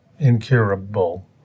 Incurable